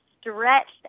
stretched